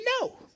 no